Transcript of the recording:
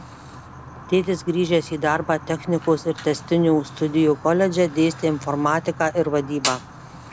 tėtis grįžęs į darbą technikos ir tęstinių studijų koledže dėstė informatiką ir vadybą